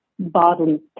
Bodily